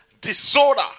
Disorder